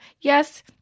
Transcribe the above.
Yes